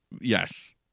yes